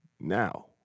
Now